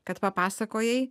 kad papasakojai